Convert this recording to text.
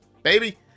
baby